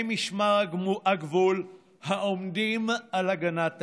משמר הגבול העומדים על הגנת העיר.